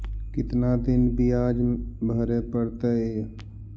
कितना दिन बियाज भरे परतैय?